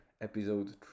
episode